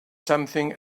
something